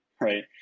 right